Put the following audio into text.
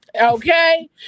okay